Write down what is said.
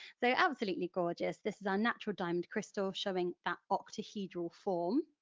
so absolutely gorgeous, this is our natural diamond crystal showing that octahedral form.